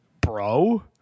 bro